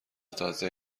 تازه